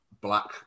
black